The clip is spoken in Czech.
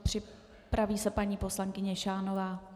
Připraví se paní poslankyně Šánová.